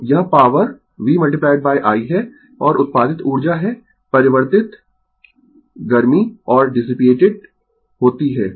तो यह power v i है और उत्पादित ऊर्जा है परिवर्तित गर्मी और डिसिपिएट होती है